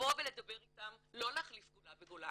לבוא ולדבר איתם, לא להחליף גולה בגולה.